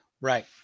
Right